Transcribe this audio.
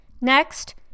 Next